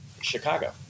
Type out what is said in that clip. Chicago